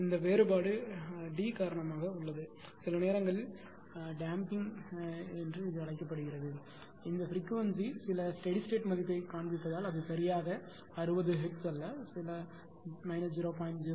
இந்த வேறுபாடு D காரணமாக இருக்கிறது சில நேரங்களில் தணிப்பு டி என்று அழைக்கப்படுகிறது இந்த பிரிக்வன்சி சில ஸ்டெடி ஸ்டேட் மதிப்பைக் காண்பிப்பதால் அது சரியாக 60 ஹெர்ட்ஸ் அல்ல சில 0